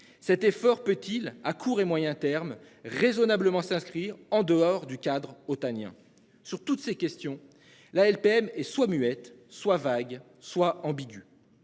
cet effort peut-il à court et moyen terme raisonnablement s'inscrire en dehors du cadre otaniens sur toutes ces questions la LPM et soit muette soit vague soit ambiguë.